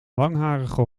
langharige